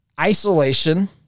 isolation